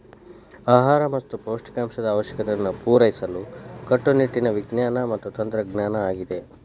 ಆಹಾರ ಮತ್ತ ಪೌಷ್ಟಿಕಾಂಶದ ಅವಶ್ಯಕತೆಗಳನ್ನು ಪೂರೈಸಲು ಕಟ್ಟುನಿಟ್ಟಿನ ವಿಜ್ಞಾನ ಮತ್ತ ತಂತ್ರಜ್ಞಾನ ಆಗಿದೆ